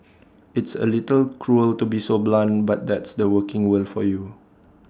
it's A little cruel to be so blunt but that's the working world for you